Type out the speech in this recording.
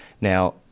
Now